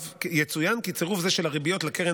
יצוין כי צירוף זה של הריביות לקרן